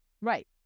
Right